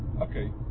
okay